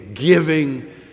giving